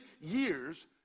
years